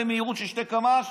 במהירות של 2 קמ"ש.